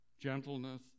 gentleness